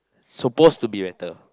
suppose to be better